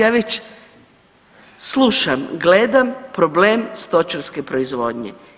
Ja već slušam i gledam problem stočarske proizvodnje.